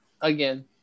again